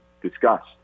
discussed